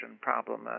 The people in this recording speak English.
problem